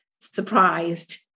surprised